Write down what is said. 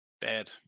Bad